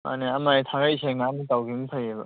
ꯃꯥꯟꯅꯦ ꯑꯃ ꯍꯦꯛ ꯊꯥꯉꯩ ꯁꯦꯡꯅ ꯑꯩꯅ ꯇꯧꯒꯤꯕꯅ ꯐꯩꯑꯕ